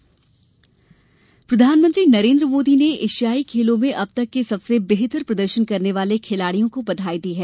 PM एशियाई खेल प्रधानमंत्री नरेन्द्र मोदी ने एशियाई खेलों में अब तक के सबसे बेहतर प्रदर्शन करने वाले खिलाडियों को बधाई दी है